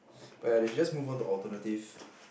but ya they should just move on to alternative